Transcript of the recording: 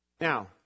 Now